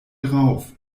drauf